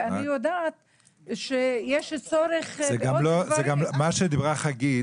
ואני יודעת שיש צורך בעוד דברים --- מה שחגית